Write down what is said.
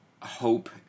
hope